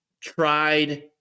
Tried